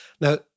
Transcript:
Now